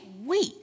wait